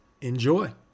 enjoy